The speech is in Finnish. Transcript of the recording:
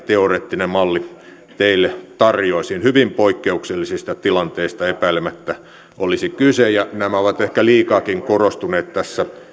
teoreettista mallia teille tarjoaisin hyvin poikkeuksellisesta tilanteesta epäilemättä olisi kyse nämä ovat ehkä liikaakin korostuneet tässä